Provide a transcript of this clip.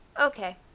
Okay